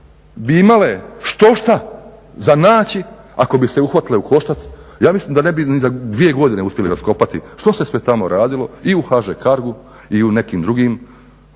bi imale štošta za naći ako bi se uhvatile u koštac. Ja mislim da ne bi ni za dvije godine uspjeli raskopati, što se sve tamo radilo i u HŽ CARGO-u i u nekim drugim,